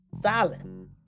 silent